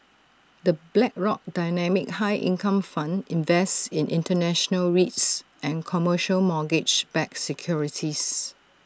the Blackrock dynamic high income fund invests in International REITs and commercial mortgage backed securities